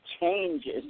changes